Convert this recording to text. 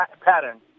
pattern